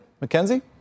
Mackenzie